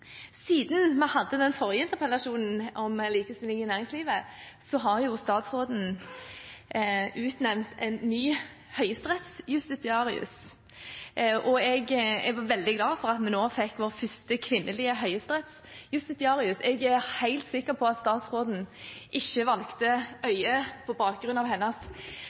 Siden vi hadde den forrige interpellasjonen, om likestilling i næringslivet, har statsråden utnevnt en ny høyesterettsjustitiarius, og jeg er veldig glad for at vi nå fikk vår første kvinnelige høyesterettsjustitiarius. Jeg er helt sikker på at statsråden ikke valgte Øie på bakgrunn av hennes